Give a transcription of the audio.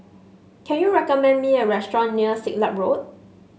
can you recommend me a restaurant near Siglap Road